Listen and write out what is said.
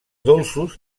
dolços